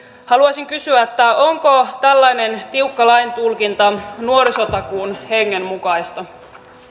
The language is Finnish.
haluaisin kysyä onko tällainen tiukka laintulkinta nuorisotakuun hengen mukaista